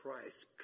Christ